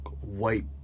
white